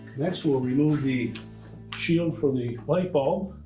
next, we'll remove the shield for the light bulb.